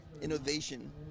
innovation